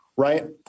right